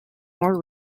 more